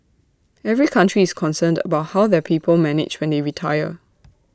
every country is concerned about how their people manage when they retire